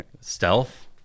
stealth